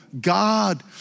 God